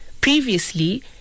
previously